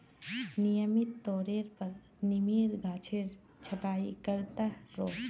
नियमित तौरेर पर नीमेर गाछेर छटाई कर त रोह